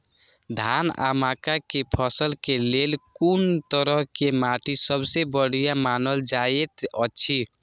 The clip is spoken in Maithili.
धान आ मक्का के फसल के लेल कुन तरह के माटी सबसे बढ़िया मानल जाऐत अछि?